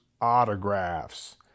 Autographs